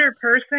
person